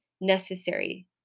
necessary